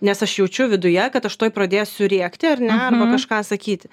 nes aš jaučiu viduje kad aš tuoj pradėsiu rėkti ar ne arba kažką sakyti